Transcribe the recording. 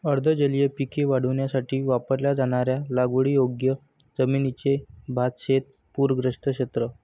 अर्ध जलीय पिके वाढवण्यासाठी वापरल्या जाणाऱ्या लागवडीयोग्य जमिनीचे भातशेत पूरग्रस्त क्षेत्र